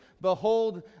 Behold